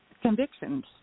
convictions